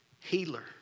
healer